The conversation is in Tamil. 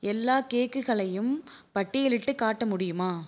எல்லா கேக்குகளையும் பட்டியலிட்டு காட்ட முடியுமா